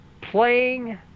playing